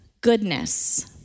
goodness